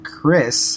Chris